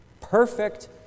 Perfect